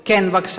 כן, בבקשה.